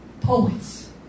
Poets